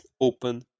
open